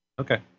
Okay